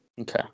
Okay